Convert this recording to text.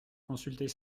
consulter